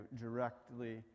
directly